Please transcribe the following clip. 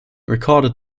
recorded